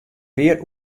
pear